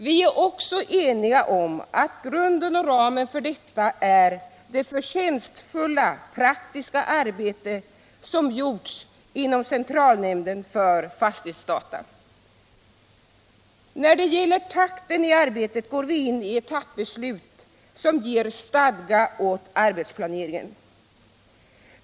Vi är eniga om att grunden och ramen för detta är det förtjänstfulla praktiska arbete som gjorts inom centralnämnden för fastighetsdata. När det gäller takten i arbetet går vi in I etappbeslut som ger stadga åt arbetsplaneringen.